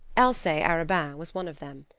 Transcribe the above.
alcee arobin was one of them.